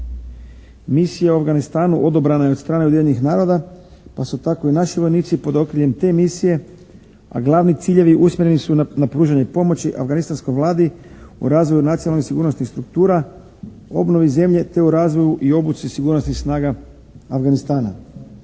Misija u Afganistanu odobrena je od strane Ujedinjenih naroda pa su tako i naši vojnici pod okriljem te misije. A glavni ciljevi usmjereni su na pružanje pomoći afganistanskoj Vladi u razvoju nacionalnih i sigurnosnih struktura, obnovi zemlje te u razvoju i obuci sigurnosnih snaga Afganistana.